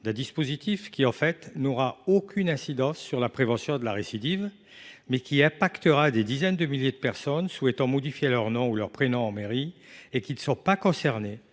d’un dispositif qui n’aura aucune incidence sur la prévention de la récidive, mais qui touchera des dizaines de milliers de personnes souhaitant modifier leur nom ou leur prénom en mairie et n’ayant pas commis